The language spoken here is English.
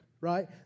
right